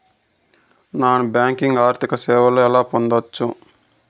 Non banking ఆర్థిక సేవలు ఎలా పొందొచ్చు?